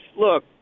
look